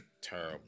terrible